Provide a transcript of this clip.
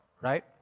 right